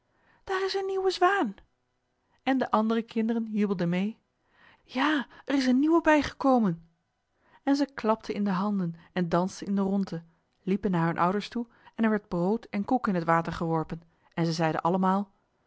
daar is een nieuwe zwaan en de andere kinderen jubelden mee ja er is een nieuwe bijgekomen en zij klapten in de handen en dansten in de rondte liepen naar hun ouders toe en er werd brood en koek in het water geworpen en zij zeiden allemaal